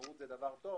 תחרות זה דבר טוב